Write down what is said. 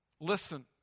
Listen